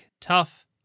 tough